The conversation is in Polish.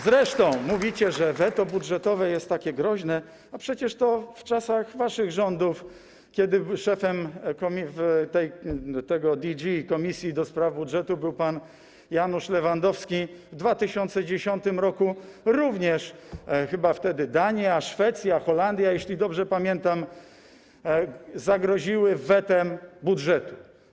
Zresztą mówicie, że weto budżetowe jest takie groźne, a przecież to w czasach waszych rządów, kiedy szefem DG, komisji do spraw budżetu, był pan Janusz Lewandowski, w 2010 r., również chyba Dania, Szwecja, Holandia - jeśli dobrze pamiętam - zagroziły wetem budżetu.